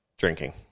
drinking